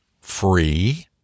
free